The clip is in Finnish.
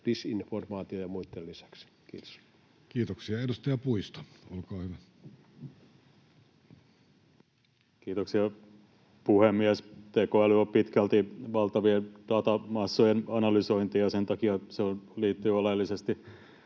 disinformaation ja muiden lisäksi. — Kiitos. Kiitoksia. — Edustaja Puisto, olkaa hyvä. Kiitoksia, puhemies! Tekoäly on pitkälti valtavien datamassojen analysointia, ja sen takia se liittyy oleellisesti